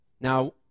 now